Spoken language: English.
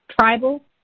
tribal